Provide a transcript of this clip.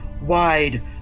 wide